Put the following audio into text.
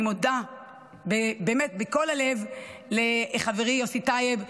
אני מודה באמת מכל הלב לחברי יוסי טייב,